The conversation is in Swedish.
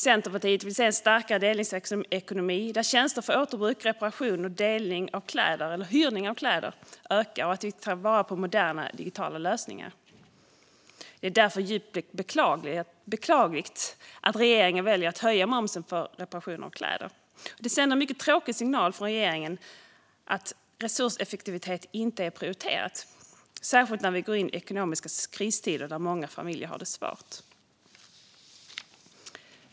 Centerpartiet vill se en starkare delningsekonomi där tjänster för återbruk, reparation och delning eller hyra av kläder ökar och där vi tar vara på moderna digitala lösningar. Det är därför djupt beklagligt att regeringen väljer att höja momsen på reparationer av kläder. Det sänder en mycket tråkig signal från regeringen att resurseffektivitet inte är prioriterat - särskilt när vi går in i ekonomiska kristider där många familjer har det svårt.